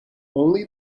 only